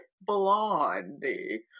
Blondie